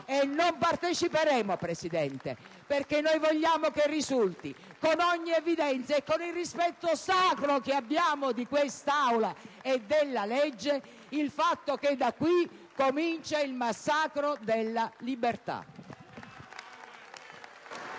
Non parteciperemo perché noi vogliamo che risulti con ogni evidenza e con il rispetto sacro che abbiamo di quest'Aula e della legge il fatto che da qui comincia il massacro della libertà.